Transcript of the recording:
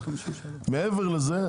מעבר לזה,